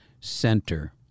center